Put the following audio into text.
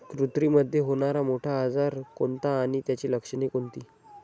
कुत्रीमध्ये होणारा मोठा आजार कोणता आणि त्याची लक्षणे कोणती?